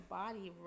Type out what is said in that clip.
body